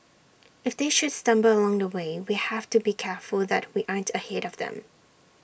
if they should stumble along the way we have to be careful that we aren't ahead of them